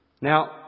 Now